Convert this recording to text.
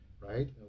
right